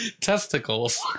Testicles